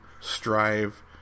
strive